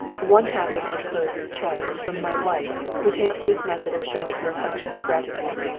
one-half of the inclosed check is from my wife, who takes this method of showing her affectionate gratitude.